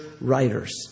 writers